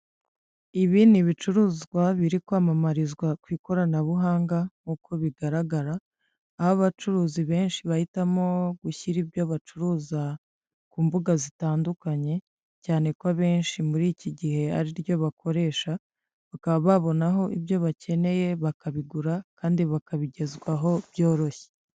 Ibi ni bicuruzwa biri kwamamarizwa ku ikoranabuhanga nk'uko bigaragara, aho abacuruzi benshi bahitamo gushyira ibyo bacuruza ku mbuga zitandukanye, cyane ko abenshi muri iki gihe ari ryo bakoresha bakaba babonaho ibyo bakeneye bakabigura kandi bakabigezwaho byoroshye.